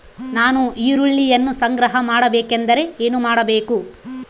ನಾನು ಈರುಳ್ಳಿಯನ್ನು ಸಂಗ್ರಹ ಮಾಡಬೇಕೆಂದರೆ ಏನು ಮಾಡಬೇಕು?